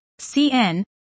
CN